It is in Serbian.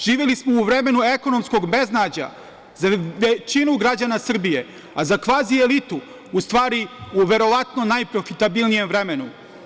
Živeli smo u vremenu ekonomskog beznađa za većinu građana Srbije, a za kvazi elitu u verovatno najprofitabilnijem vremenu.